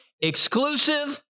Exclusive